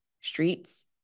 streets